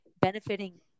benefiting